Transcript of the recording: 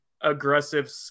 aggressive